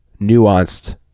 nuanced